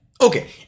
Okay